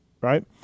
right